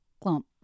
clump